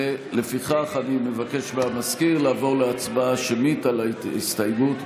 ולפיכך אני מבקש מהמזכיר לעבור להצבעה שמית על ההסתייגות.